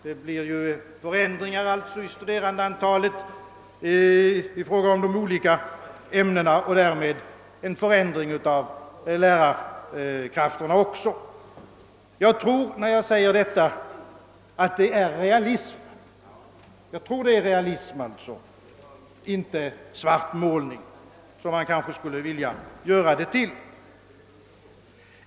Det blir alltså förändringar i studerandeantalet i fråga om de olika ämnena och därmed en förändring av lärarkrafterna också. När jag säger detta, tror jag att det är realism och inte svartmålning som man kanske skulle vilja göra det till.